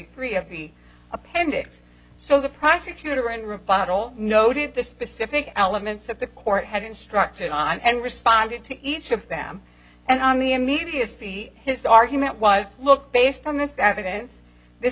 three of the appendix so the prosecutor in rebuttal noted the specific elements that the court had instructed on and responded to each of them and on the immediacy his argument was look based on this evidence this